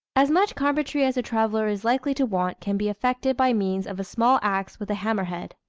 as much carpentry as a traveller is likely to want can be effected by means of a small axe with a hammer-head,